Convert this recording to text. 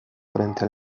frente